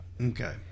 Okay